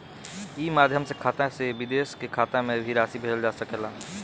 ई माध्यम से खाता से विदेश के खाता में भी राशि भेजल जा सकेला का?